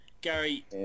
Gary